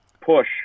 push